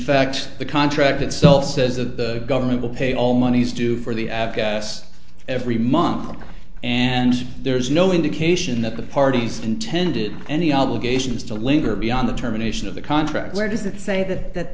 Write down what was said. fact the contract itself says the government will pay all monies due for the aca us every month and there is no indication that the parties intended any obligations to linger beyond the terminations of the contract where does that say that that